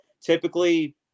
Typically